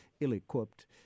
ill-equipped